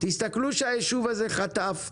תסתכלו שהיישוב הזה חטף וסובל,